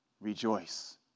rejoice